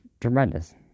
tremendous